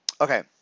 Okay